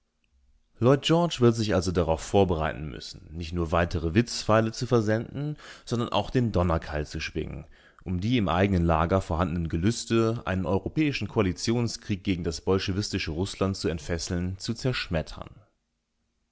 lloyd george wird sich also darauf vorbereiten müssen nicht nur weitere witzpfeile zu versenden sondern auch den donnerkeil zu schwingen um die im eigenen lager vorhandenen gelüste einen europäischen koalitionskrieg gegen das bolschewistische rußland zu entfesseln zu zerschmettern